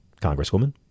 Congresswoman